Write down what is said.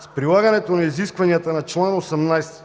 С прилагането на изискванията на чл. 18